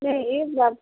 नहीं एक जब